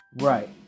Right